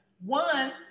One